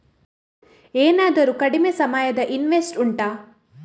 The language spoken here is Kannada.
ಏನಾದರೂ ಕಡಿಮೆ ಸಮಯದ ಇನ್ವೆಸ್ಟ್ ಉಂಟಾ